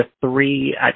three